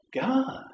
God